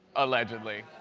allegedly.